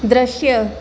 દૃશ્ય